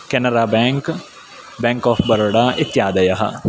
Canara Bank bank of Baroda इत्यादयः